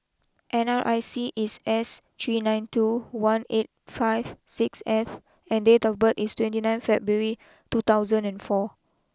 N R I C is S three nine two one eight five six F and date of birth is twenty nine February two thousand and four